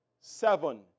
Seven